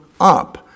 up